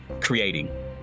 creating